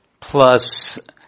Plus